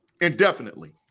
indefinitely